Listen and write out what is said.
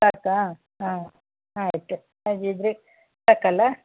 ಸಾಕಾ ಹಾಂ ಆಯಿತು ಹಾಗಿದ್ದರೆ ಸಾಕಲ್ಲ